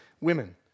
women